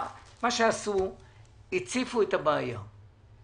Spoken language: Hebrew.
חברות הכנסת שהציעו את הדיון המהיר,